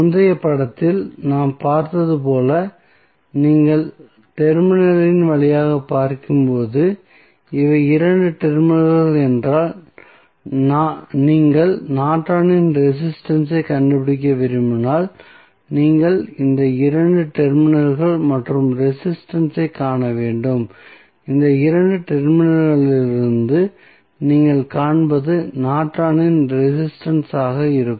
முந்தைய படத்தில் நாம் பார்த்தது போல நீங்கள் டெர்மினலின் வழியாகப் பார்க்கும்போது இவை 2 டெர்மினல்கள் என்றால் நீங்கள் நார்டனின் ரெசிஸ்டன்ஸ் ஐக் கண்டுபிடிக்க விரும்பினால் நீங்கள் இந்த 2 டெர்மினல்கள் மற்றும் ரெசிஸ்டன்ஸ் ஐ காண வேண்டும் இந்த 2 டெர்மினல்களிலிருந்து நீங்கள் காண்பது நார்டனின் ரெசிஸ்டன்ஸ் ஆக இருக்கும்